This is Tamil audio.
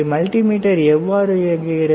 மல்டிமீட்டர் எவ்வாறு இயங்குகிறது